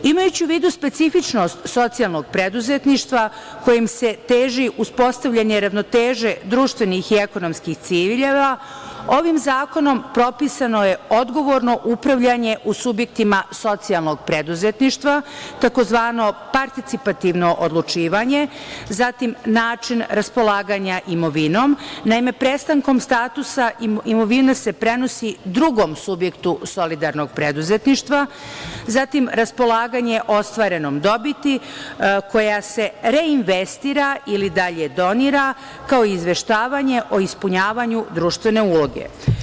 Imajući u vidu specifičnost socijalnog preduzetništva kojim se teži uspostavljanje ravnoteže društvenih i ekonomskih ciljeva, ovim zakonom propisano je odgovorno upravljanje u subjektima socijalnog preduzetništva, tzv. participativno odlučivanje, zatim način raspolaganja imovinom, naime, prestankom statusa imovina se prenosi drugom subjektu solidarnog preduzetništva, zatim raspolaganje ostvarenom dobiti koja se reinvestira ili dalje donira, kao i izveštavanje o ispunjavanju društvene uloge.